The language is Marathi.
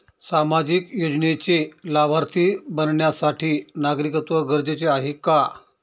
सामाजिक योजनेचे लाभार्थी बनण्यासाठी नागरिकत्व गरजेचे आहे का?